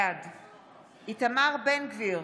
בעד איתמר בן גביר,